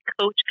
coach